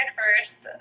first